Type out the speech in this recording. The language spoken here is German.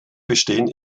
bestehen